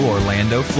Orlando